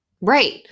Right